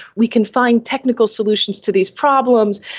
we can find technical solutions to these problems,